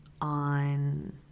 on